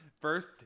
First